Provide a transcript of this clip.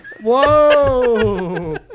Whoa